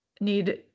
need